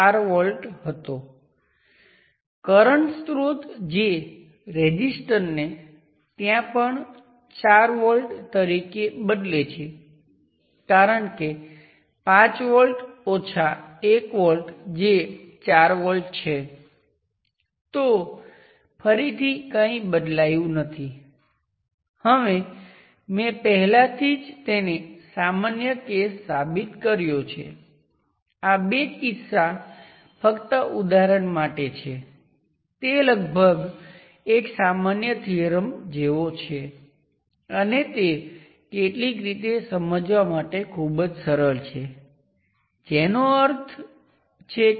તમે full circuit અથવા Thevenin સાથે જોડાયેલા છો અથવા નોર્ટન આ ટર્મિનલ્સ પર કરંટ અને વોલ્ટેજ બરાબર સમાન હશે અને પરિણામે તમે જે સર્કિટમાં જોડાશે તે પણ બરાબર સમાન હશે